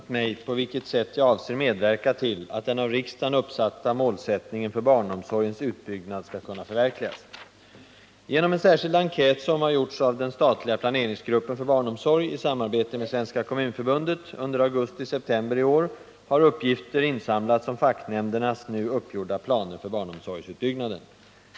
Herr talman! Mats Hellström har frågat mig på vilket sätt jag avser medverka till att den av riksdagen uppsatta målsättningen för barnomsorgens utbyggnad skall kunna förverkligas. Genom en särskild enkät som gjorts av den statliga planeringsgruppen för barnomsorg i samarbete med Svenska kommunförbundet under augustiseptember i år har uppgifter insamlats om facknämndernas nu uppgjorda planer för barnomsorgsutbyggnaden.